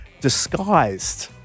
disguised